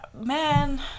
Man